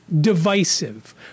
divisive